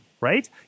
right